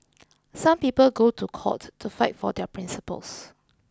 some people go to court to fight for their principles